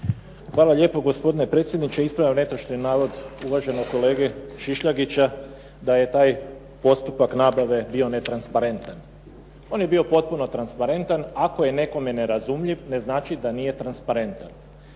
Hvala lijepo gospodine predsjedniče, ispravljam netočni navod uvaženog kolege Šišljagića da je taj postupak nabave bio netransparentan. On je bio potpuno transparentan, ako je nekome nerazumljiv, ne znači da nije transparentan.